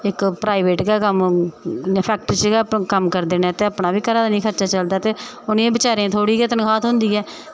इक्क प्राईवेट च गै कम्म इ'यां फैक्टरी च गै कम्म करदे न ते अपने घरा दा बी निं खर्चा चलदा ते उ'नें बेचारें थोह्ड़ी गै तन्खाह् थ्होंदी ऐ